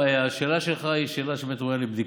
השאלה שלך היא שאלה שנתונה בבדיקה.